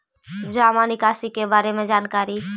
जामा निकासी के बारे में जानकारी?